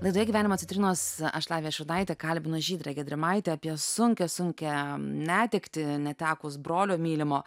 laidoje gyvenimo citrinos aš lavija šurnaitė kalbinu žydrę gedrimaitę apie sunkią sunkią netektį netekus brolio mylimo